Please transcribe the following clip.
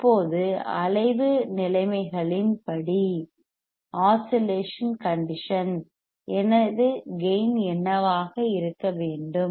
இப்போது அலைவு நிலைமைகளின்படி எனது கேயின் என்னவாக இருக்க வேண்டும்